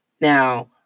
Now